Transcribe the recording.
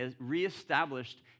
reestablished